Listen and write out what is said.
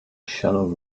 shallow